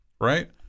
right